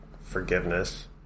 forgiveness